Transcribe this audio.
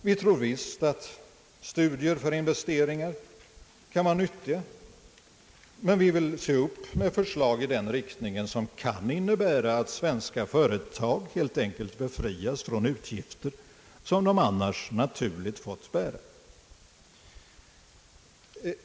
Vi tror visst att studier för investeringar kan vara nyttiga, men vi vill se upp med förslag i den riktningen som kan innebära att svenska företag helt enkelt befrias från utgifter som de annars naturligt fått bära.